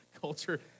culture